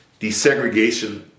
desegregation